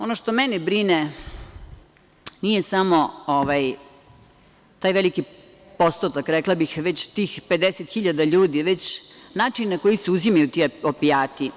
Ono što mene brine nije samo taj veliki postotak, rekla bih, tih 50.000 ljudi, već način na koji se uzimaju ti opijati.